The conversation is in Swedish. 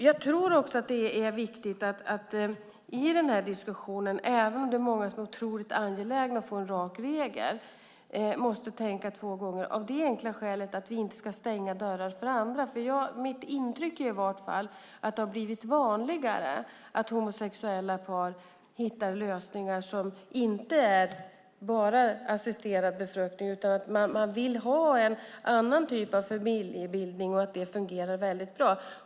Många är angelägna om att få en rak regel, men det är viktigt att vi tänker två gånger av det enkla skälet att vi inte ska stänga dörrar för andra. Mitt intryck är att det har blivit vanligare att homosexuella par hittar andra lösningar än assisterad befruktning eftersom man vill ha en annan typ av familjebildning, och det fungerar bra.